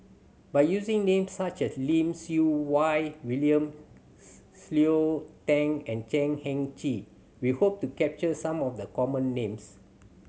by using names such as Lim Siew Wai William Cleo Thang and Chan Heng Chee we hope to capture some of the common names